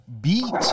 beat